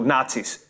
Nazis